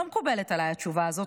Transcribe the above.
לא מקובלת עליי התשובה הזאת,